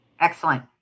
Excellent